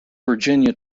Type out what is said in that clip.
virginia